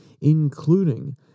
including